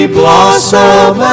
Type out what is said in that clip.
blossom